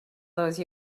those